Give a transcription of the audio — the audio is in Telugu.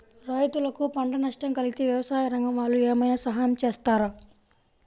రైతులకు పంట నష్టం కలిగితే వ్యవసాయ రంగం వాళ్ళు ఏమైనా సహాయం చేస్తారా?